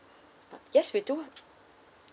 uh yes we do